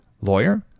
Lawyer